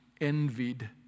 envied